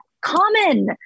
common